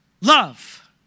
love